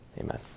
Amen